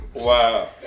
Wow